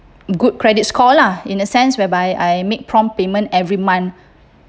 good credit score lah in a sense whereby I make prompt payment every month